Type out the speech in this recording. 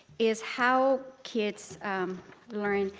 is how kids learn.